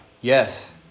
Yes